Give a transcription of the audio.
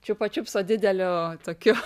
čiupačiupso dideliu tokiu